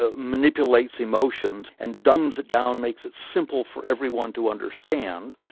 ah manipulates emotions, and dumbs it down, makes it simple for everyone to understand,